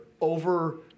over